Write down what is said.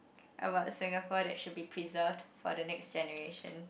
about Singapore that should be preserved for the next generation